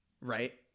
right